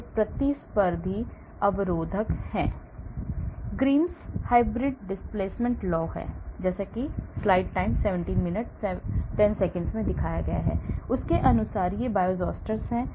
वे प्रतिस्पर्धी अवरोधक हैं Grimms hydride displacement law हैं उस के अनुसार ये Bioisosteres हैं